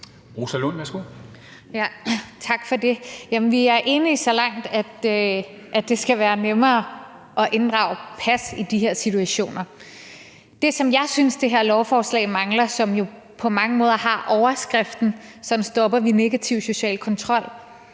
Rosa Lund (EL): Tak for det. Vi er enige så langt, at det skal være nemmere at inddrage et pas i de her situationer. Det, som jeg synes det her lovforslag mangler, som jo på mange måder har overskriften at stoppe negativ kontrol,